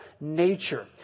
nature